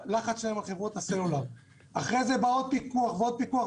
אחרי זה בא עוד פיקוח ועוד פיקוח,